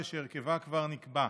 שהרכבה כבר נקבע.